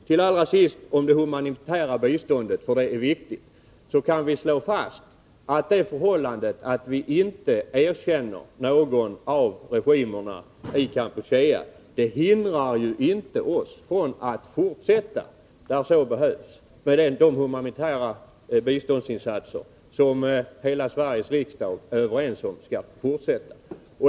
Till allra sist om det humanitära biståndet, för det är viktigt: Vi kan slå fast att det förhållandet att vi inte erkänner någon av regimerna i Kampuchea inte hindrar oss att fortsätta där så behövs med de humanitära biståndsinsatser som hela Sveriges riksdag är överens skall fortsätta.